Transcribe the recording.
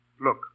Look